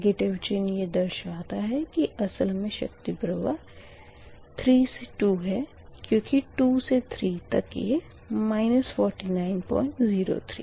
negative चिन्ह ये दर्शता है कि असल मे शक्ति प्रवाह 3 से 2 है क्यूँकि 2 से 3 तक ये 4903 है